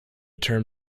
term